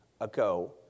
ago